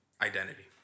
identity